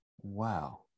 Wow